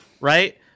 right